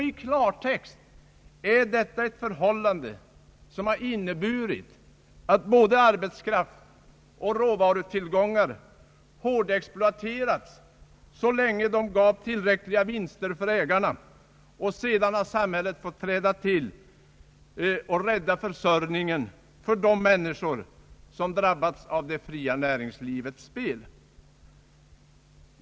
I klartext är detta ett förhållande som har inneburit att både arbetskraft och råvarutillgångar hårdexploaterats så länge det gav tillräckliga vinster för ägarna, och sedan har samhället fått träda till och rädda försörjningen för de människor som drabbats av det fria näringslivets spel.